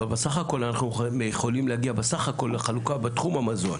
אבל בסך הכול אנחנו יכולים להגיע בסך הכול לחלוקה בתחום המזון,